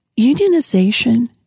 unionization